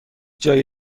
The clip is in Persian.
جای